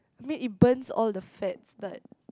mean it burns all the fats but